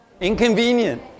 inconvenient